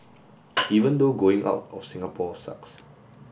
even though going out of Singapore sucks